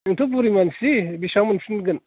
नोंथ' बुरि मानसि बेसेबां मोनफिनगोन